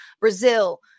Brazil